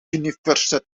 university